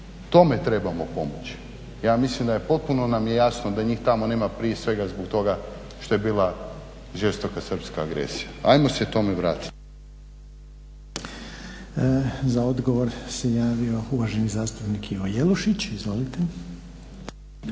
Tome trebamo pomoći. Ja mislim da, potpuno nam je jasno da njih tamo nema prije svega zbog toga što je bila žestoka srpska agresija. Ajmo se tome vratiti.